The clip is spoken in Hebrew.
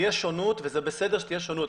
תהיה שונות, וזה בסדר שתהיה שונות.